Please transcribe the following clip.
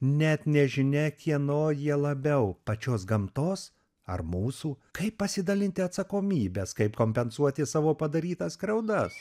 net nežinia kieno jie labiau pačios gamtos ar mūsų kaip pasidalinti atsakomybes kaip kompensuoti savo padarytas skriaudas